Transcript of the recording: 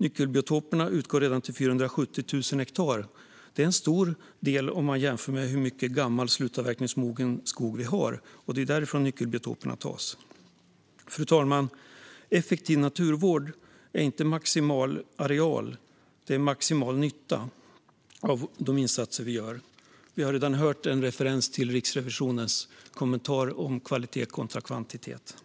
Nyckelbiotoperna uppgår redan till 470 000 hektar, vilket är en stor del jämfört med hur mycket gammal, slutavverkningsmogen skog vi har. Det är där nyckelbiotoperna finns. Fru talman! Effektiv naturvård är inte maximal areal; det är maximal nytta av de insatser vi gör. Vi har redan hört en referens till Riksrevisionens kommentar om kvalitet kontra kvantitet.